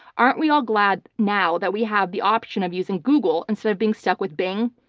aren't we all glad now that we have the option of using google instead of being stuck with bing?